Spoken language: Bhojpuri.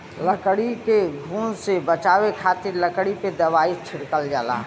लकड़ी के घुन से बचावे खातिर लकड़ी पे दवाई छिड़कल जाला